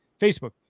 Facebook